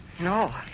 No